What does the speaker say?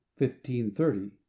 1530